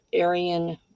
Aryan